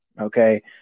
okay